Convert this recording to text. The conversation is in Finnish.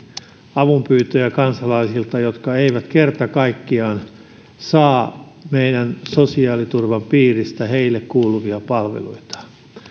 avunpyyntöjä kansalaisilta jotka eivät kerta kaikkiaan saa meidän sosiaaliturvan piiristä heille kuuluvia palveluita